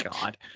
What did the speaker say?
God